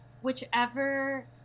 whichever